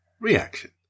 reaction